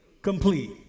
complete